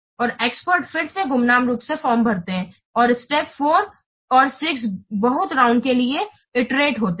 और एक्सपर्ट फिर से गुमनाम रूप से फॉर्म भरते हैं और स्टेप्स 4 और ६ बहुत राउंड के लिए इट्रेटे होते हैं